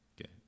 okay